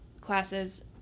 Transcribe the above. classes